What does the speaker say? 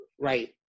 right